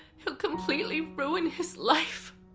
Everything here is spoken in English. he'll completely ruin his life.